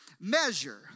measure